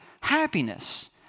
happiness